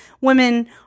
women